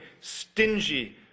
stingy